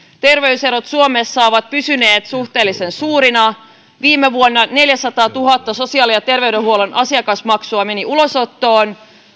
terveyserot suomessa ovat pysyneet suhteellisen suurina viime vuonna neljäsataatuhatta sosiaali ja terveydenhuollon asiakasmaksua meni ulosottoon